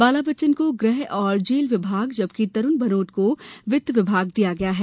बाला बच्चन को गृह और जेल विभाग जबकि तरूण भानोट को वित्त विभाग दिया गया है